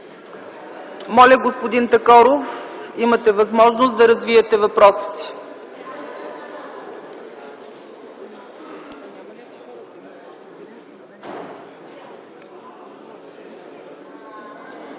Господин Такоров, имате възможност да развиете въпроса си.